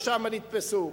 ושם נתפסו.